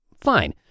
Fine